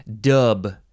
Dub